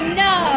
no